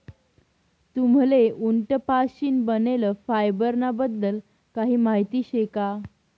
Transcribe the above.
तुम्हले उंट पाशीन बनेल फायबर ना बद्दल काही माहिती शे का?